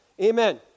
Amen